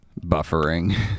Buffering